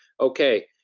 okay,